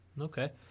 Okay